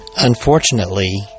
Unfortunately